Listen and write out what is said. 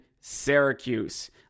Syracuse